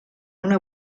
una